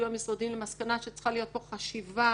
הגיעו המשרדים למסקנה שצריכה להיות פה חשיבה